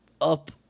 up